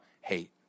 hate